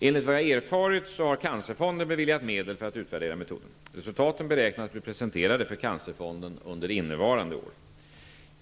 Enligt vad jag erfarit har Cancerfonden beviljat medel för att utvärdera metoden. Resultaten beräknas bli presenterade för Cancerfonden under innevarande år.